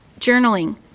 journaling